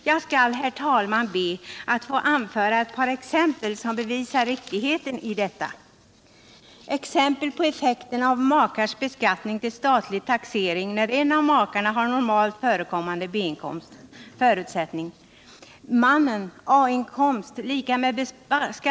Jag skall, herr talman, be att få anföra ett par exempel som bevisar riktigheten i detta.